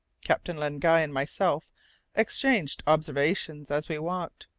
captain len guy and myself exchanged observations, as we walked,